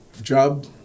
job